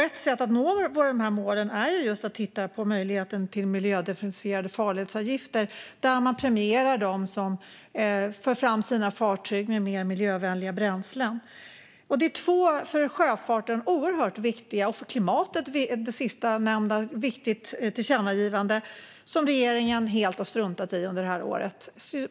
Ett sätt att nå de här målen är att titta på möjligheten till miljödifferentierade farledsavgifter där man premierar dem som för fram sina fartyg med mer miljövänliga bränslen. Detta är två för sjöfarten, och det sistnämnda även för klimatet, oerhört viktiga tillkännagivanden som regeringen helt har struntat i under det här året.